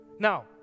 Now